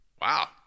Wow